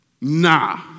Nah